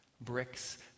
bricks